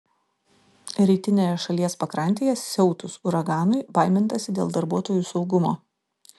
rytinėje šalies pakrantėje siautus uraganui baimintasi dėl darbuotojų saugumo